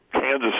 Kansas